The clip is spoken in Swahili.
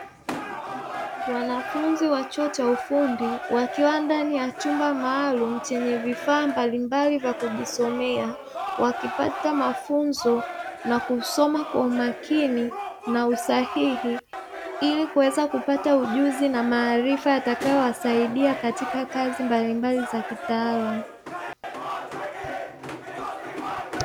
Wanafunzi wachuo cha ufundi, wakiwa ndani ya chumba maalumu chenye vifaa mbalimbali vyakujisomea wakipata mafunzo nakusoma kwa umakini na usahihi, ili kuweza kupata ujuzi na maarifa yatakayo wasaidia katika kazi mbalimbali za kitaalamu.